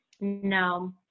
No